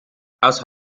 aus